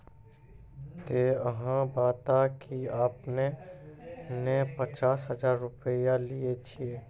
ते अहाँ बता की आपने ने पचास हजार रु लिए छिए?